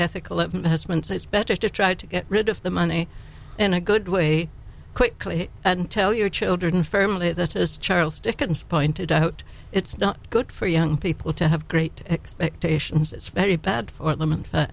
ethical it has been so it's better to try to get rid of the money in a good way quickly and tell your children firmly that as charles dickens pointed out it's not good for young people to have great expectations it's very bad for them and